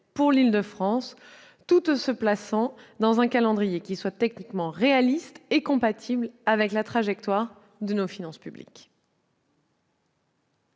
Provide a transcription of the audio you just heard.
pour l'Île-de-France, tout en retenant un calendrier techniquement réaliste et compatible avec la trajectoire de nos finances publiques.